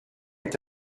est